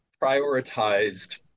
prioritized